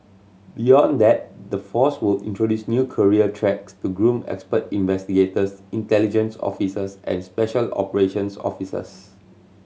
beyond that the force will introduce new career tracks to groom expert investigators intelligence officers and special operations officers